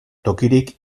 tokirik